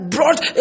brought